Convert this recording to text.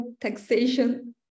taxation